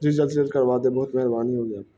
جی جلد سے جلد کروا دیں بہت مہربانی ہوگی آپ کی